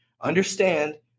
Understand